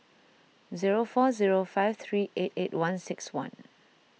zero four zero five three eight eight one six one